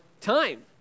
time